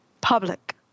public